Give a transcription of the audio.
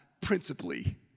principally